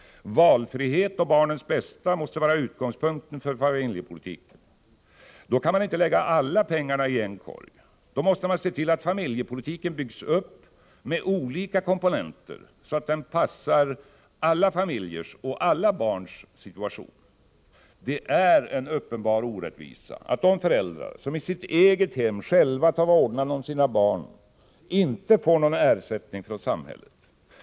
Valfriheten och barnens bästa måste vara utgångspunkten för familjepolitiken. Då kan man inte lägga alla pengarna i en korg. Då måste man se till att familjepolitiken byggs upp med olika komponenter så att den passar alla familjers och alla barns situation. Det är en uppenbar orättvisa att de föräldrar som i sitt eget hem själva tar vårdnaden om sina små barn inte får någon ersättning från samhället.